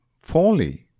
folly